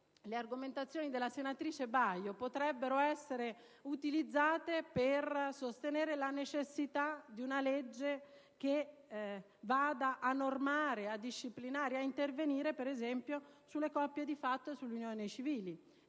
le argomentazioni della senatrice Baio potrebbero essere utilizzate per sostenere la necessità di una legge che vada ad intervenire, per esempio, sulle coppie di fatto, sulle unioni civili.